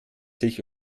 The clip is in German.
sich